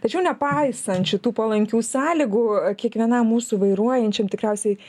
tačiau nepaisant šitų palankių sąlygų kiekvienam mūsų vairuojančiam tikriausiai